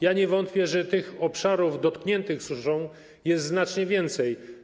Ja nie wątpię, że tych obszarów dotkniętych suszą jest znacznie więcej.